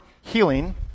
healing